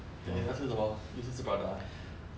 then 你要吃什么又是吃 prata ah